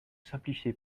simplifiez